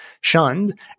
shunned